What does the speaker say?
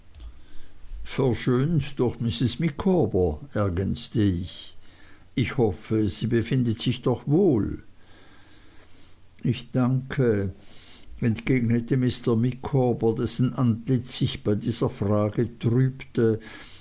verschönt durch mrs micawber ergänzte ich ich hoffe sie befindet sich doch wohl ich danke entgegnete mr micawber dessen antlitz sich bei dieser frage trübte